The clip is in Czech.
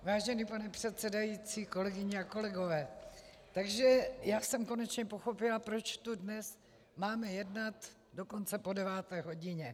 Vážený pane předsedající, kolegyně a kolegové, takže já jsem konečně pochopila, proč tu dnes máme jednat dokonce po deváté hodině.